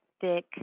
thick